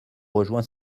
rejoint